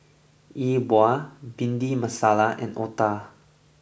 E Bua Bhindi Masala and Otah